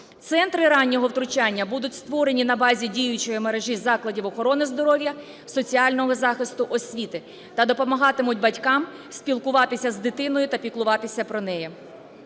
Центри раннього втручання будуть створені на базі діючої мережі закладів охорони здоров'я, соціального захисту, освіти та допомагатимуть батькам спілкуватися з дитиною та піклуватися про неї.